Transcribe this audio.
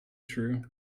true